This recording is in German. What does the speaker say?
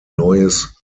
neues